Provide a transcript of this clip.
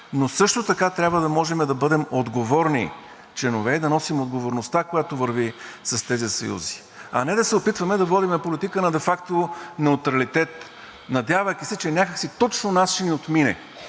но също така трябва да можем да бъдем отговорни членове и да носим отговорността, която върви с тези съюзи, а не да се опитваме да водим политика на де факто неутралитет, надявайки се, че някак си точно нас ще ни отмине